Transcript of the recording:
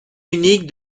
unique